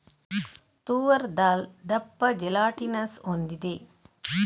ತೂವರ್ ದಾಲ್ ದಪ್ಪ ಜೆಲಾಟಿನಸ್ ಹೊಂದಿದೆ